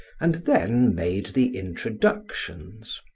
and then made the introductions